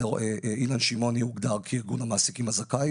אילן שמעוני הוגדר כארגון המעסיקים הזכאי